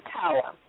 power